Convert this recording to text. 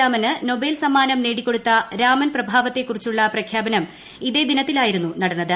രാമന് Nobel സമ്മാനം നേടികൊടുത്ത രാമൻ പ്രഭാവത്തെക്കുറിച്ചുള്ള പ്രഖ്യാപനം ഇതേ തിയതിയിലായിരുന്നു നടന്നത്